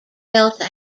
delta